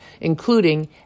including